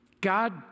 God